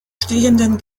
stehenden